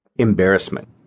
EMBARRASSMENT